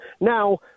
Now